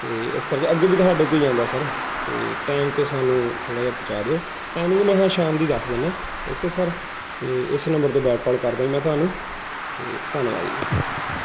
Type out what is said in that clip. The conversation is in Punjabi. ਅਤੇ ਇਸ ਕਰਕੇ ਅੱਗੇ ਵੀ ਤੁਹਾਡੇ ਤੋਂ ਹੀ ਆਉਂਦਾ ਸਰ ਅਤੇ ਟਾਈਮ 'ਤੇ ਸਾਨੂੰ ਥੋੜ੍ਹਾ ਜਿਹਾ ਪਹੁੰਚਾ ਦਿਓ ਟਾਈਮਿੰਗ ਮੈਂ ਸ਼ਾਮ ਦੀ ਦੱਸ ਦਿੰਦਾ ਓਕੇ ਸਰ ਅਤੇ ਇਸ ਨੰਬਰ ਤੋਂ ਬੈਕ ਕੌਲ ਕਰਦਾ ਜੀ ਮੈਂ ਤੁਹਾਨੂੰ ਅਤੇ ਧੰਨਵਾਦ ਜੀ